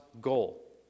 goal